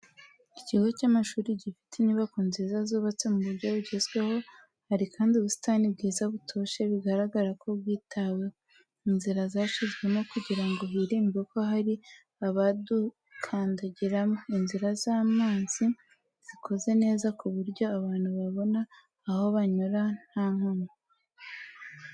Ikigo cy'amashuri gifite inyubako nziza zubatse mu buryo bugezweho, hari kandi ubusitani bwiza butoshye bigaragara ko bwitaweho, inzira zashyizwemo kugira ngo hirindwe ko hari ababukandagiramo, inzira z'amazi zikoze neza ku buryo abantu babona aho banyura nta nkomyi.